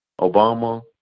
Obama